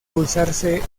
usarse